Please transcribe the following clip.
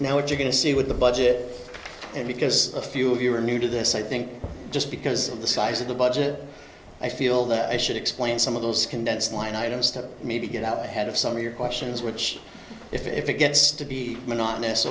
if you're going to see it with the budget and because a few of you are new to this i think just because of the size of the budget i feel that i should explain some of those condense line items to maybe get out ahead of some of your questions which if it gets to be monotonous